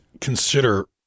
consider